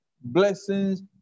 blessings